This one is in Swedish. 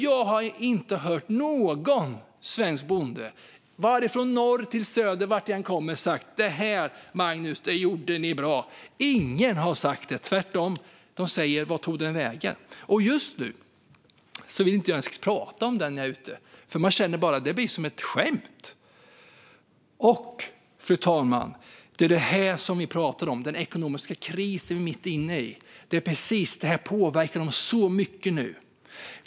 Jag har inte hört någon svensk bonde från norr till söder, vart jag än kommer, som har sagt: Det här, Magnus, det gjorde ni bra. Ingen har sagt det. Det är tvärtom. De säger: Vart tog den vägen? Just nu vill jag inte ens tala om den när jag är ute. Man känner att det blir som ett skämt. Fru talman! Det som vi talar om är den ekonomiska krisen som vi är mitt inne i. Det påverkar dem så mycket nu.